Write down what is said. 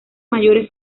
mayores